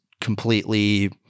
completely